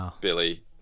Billy